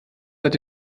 seit